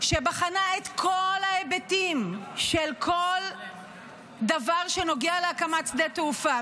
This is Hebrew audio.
שבחנה את כל ההיבטים של כל דבר שנוגע להקמת שדה תעופה,